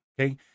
Okay